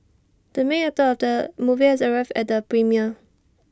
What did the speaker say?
the main actor of the movie has arrived at the premiere